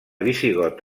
visigot